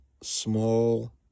small